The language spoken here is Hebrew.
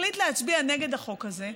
תחליט להצביע נגד החוק הזה,